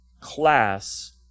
class